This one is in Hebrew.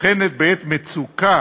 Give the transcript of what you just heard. נבחנת בעת מצוקה,